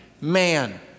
man